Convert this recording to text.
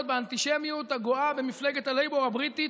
באנטישמיות הגואה במפלגת הלייבור הבריטית,